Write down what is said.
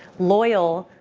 loyal,